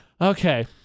Okay